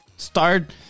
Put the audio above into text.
Start